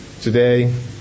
Today